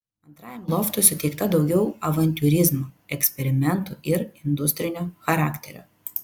antrajam loftui suteikta daugiau avantiūrizmo eksperimentų ir industrinio charakterio